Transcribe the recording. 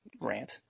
rant